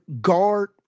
guard